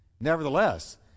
Nevertheless